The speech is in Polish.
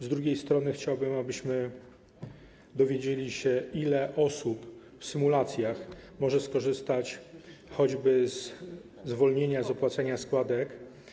Z drugiej strony chciałbym, abyśmy dowiedzieli się, ile osób, w symulacjach, może skorzystać choćby ze zwolnienia z opłacenia składek.